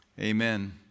Amen